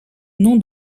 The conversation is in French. nom